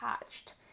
attached